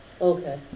Okay